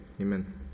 amen